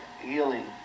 healing